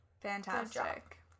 Fantastic